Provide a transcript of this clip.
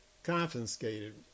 Confiscated